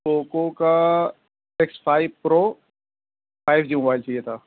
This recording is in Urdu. پوکو کا X five Pro five G mobile چاہیے تھا